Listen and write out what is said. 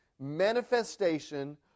manifestation